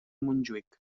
montjuïc